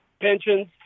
pensions